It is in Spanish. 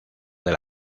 del